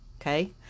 Okay